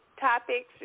topics